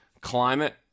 climate